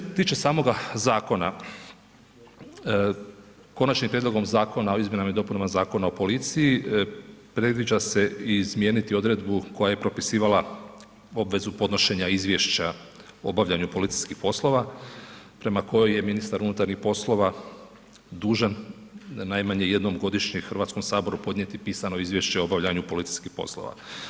Što se tiče samoga zakona, Konačnim prijedlogom zakona o izmjenama i dopunama Zakona o policiji predviđa se izmijeniti odredbu koja je propisivala obvezu podnošenja izvješća o obavljanju policijskih poslova prema kojoj je ministar unutarnjih poslova dužan najmanje jednom godišnje HS-u podnijeti pisano izvješće o obavljanju policijskih poslova.